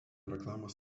reklamos